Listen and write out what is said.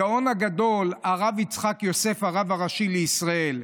הגאון הגדול הרב יצחק יוסף, הרב הראשי לישראל.